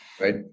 Right